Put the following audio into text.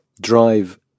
drive